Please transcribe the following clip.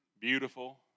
Beautiful